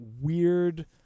weird